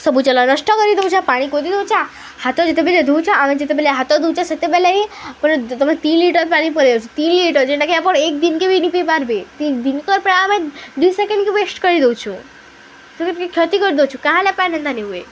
ସବୁ ଚଲା ନଷ୍ଟ କରି ଦଉଚ ପାଣି କଦ ଦଉଚା ହାତ ଯେତେବେଲେ ଧଉଚ ଆମେ ଯେତେବେଲେ ହାତ ଧଉଚ ସେତେବେଲେିଁ ଆପଣ ତମେ ଦି ଲିଟର ପାଣି ପେଇ ଯଉଚି ଯେନ ଲିଟର୍ ଯେନ୍ଟାକି ଆପଣ ଏକ ଦିନକେ ବି ନିପି ପାରବେ ଦିନ ତର୍ ପ ଆମେ ଦୁଇ ସେକେଣ୍ଡକେ ୱେଷ୍ଟ କରି ଦଉଛୁ ତେ ଟେ କ୍ଷତି କରିଦଉଛୁ କାହା ହେଲେ ପା ଏନ୍ତା ନି ହୁଏ